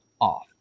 off